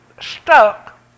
stuck